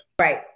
Right